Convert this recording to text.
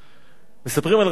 מספרים על רבי עקיבא